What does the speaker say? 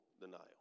denial